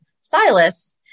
Silas